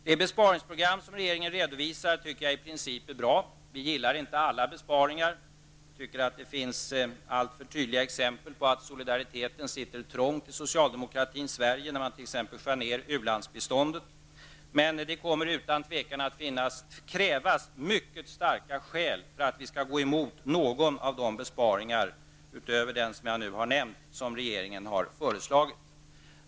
Det besparingsprogram som regeringen redovisar tycker jag i princip är bra. Vi gillar inte alla besparingar, utan tycker att det finns alltför tydliga exempel på att solidariteten sitter trångt i socialdemokratin Sverige, när man t.ex. vill skära ner u-landsbiståndet. Men det kommer utan tvivel att krävas mycket starka skäl för att vi skall gå emot någon av de besparingar, utöver den som jag nu har nämnt, som regeringen har föreslagit.